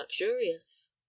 luxurious